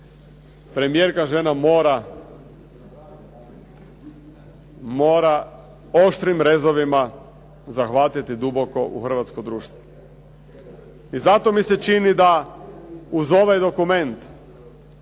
Premijerka žena mora oštrim rezovima zahvatiti duboko u hrvatsko društvo. I zato mi se čini da uz ovaj dokument,